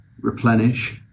replenish